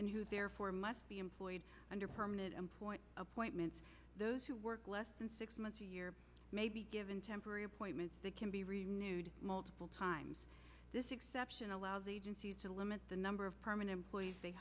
and who therefore must be employed under permanent employment appointments those who work less than six months a year may be given temporary appointments that can be renewed multiple times this exception allows agencies to limit the number of permanent employees they